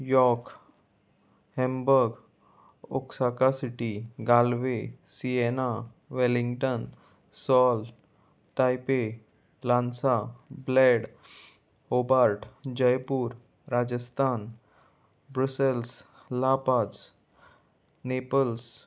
York Hamburg Oaxaca City Galway Siena Wellington Seoul Taipei Lhasa Bled ओबारट Jaipur Rajasthan Brussels La Paz Naples